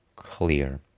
clear